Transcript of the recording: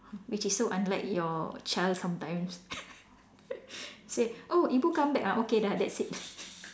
which is so unlike your child sometimes say oh ibu come back ah okay dah that's it